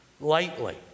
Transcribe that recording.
lightly